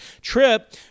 trip